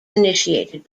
initiated